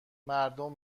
مردم